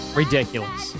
ridiculous